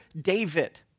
David